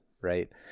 Right